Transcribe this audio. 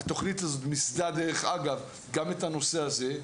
התוכנית ניסתה גם את הנושא הזה,